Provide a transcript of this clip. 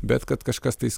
bet kad kažkas tais